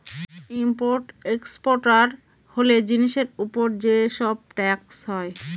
import exporter হলে জিনিসের উপর যে সব ট্যাক্স হয়